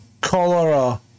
cholera